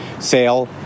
sale